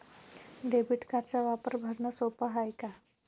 Debit कार्डचा वापर भरनं सोप हाय का?